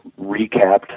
recapped